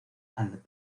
and